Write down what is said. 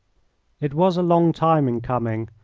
it was a long time in coming,